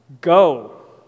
Go